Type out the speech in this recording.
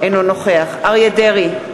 אינו נוכח אריה דרעי,